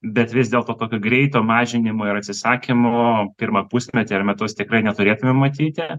bet vis dėlto tokio greito mažinimo ir atsisakymo pirmą pusmetį ar metus tikrai neturėtume matyti